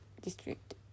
district